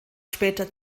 später